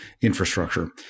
infrastructure